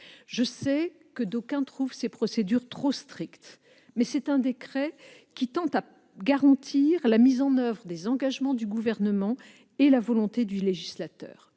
Je sais que d'aucuns trouvent ces procédures trop strictes, mais c'est un décret qui tend à garantir la mise en oeuvre des engagements du Gouvernement et la volonté du législateur.